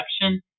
production